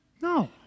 No